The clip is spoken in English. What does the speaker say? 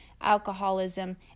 alcoholism